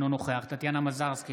אינו נוכח טטיאנה מזרסקי,